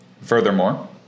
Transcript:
Furthermore